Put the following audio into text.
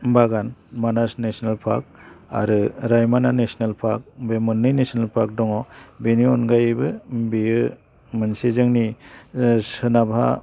बागान Manas national park आरो Raimona national park बे मोननै नेसनेल पार्क दङ बेनि अनगायैबो बेयो मोनसे जोंनि सोनाबहा